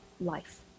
life